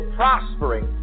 prospering